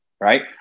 right